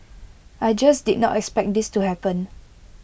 I just did not expect this to happen